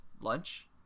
lunch